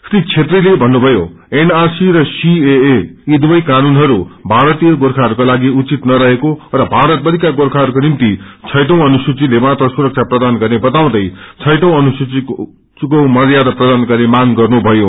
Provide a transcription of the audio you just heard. श्री छेत्रीले भन्नुभयो एनआरसी र सीएए यी दुवै कानूनहरू भारतीय गोर्खाहरूको लागि उचित नरहेको र पारतभरिका गोर्खाइसे निम्मि छैटी अनुसूचिले मात्र सुरक्षा प्रदान गर्ने बताउँदै छैठी अनुसूचिको मर्यादा प्रदान गर्ने मांग गर्नु थयो